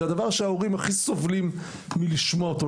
זה הדבר שההורים הכי סובלים מלשמוע אותו.